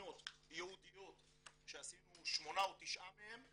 ייעודיות שעשינו שמונה או תשעה מהן,